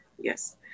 Yes